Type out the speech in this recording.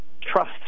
trust